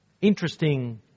interesting